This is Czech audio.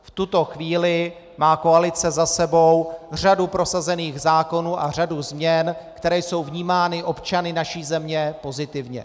V tuto chvíli má koalice za sebou řadu prosazených zákonů a řadu změn, které jsou vnímány občany naší země pozitivně.